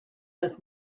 this